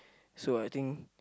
so I think